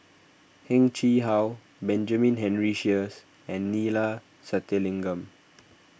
Heng Chee How Benjamin Henry Sheares and Neila Sathyalingam